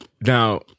Now